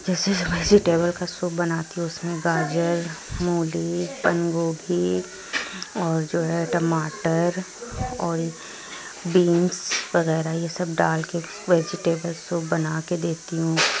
جیسے ویجٹیبل کا سوپ بناتی ہوں اس میں گاجر مولی بند گوبھی اور جو ہے ٹماٹر اور بینس وغیرہ یہ سب ڈال کے ویجٹیبل سوپ بنا کے دیتی ہوں